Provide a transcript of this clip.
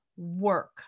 Work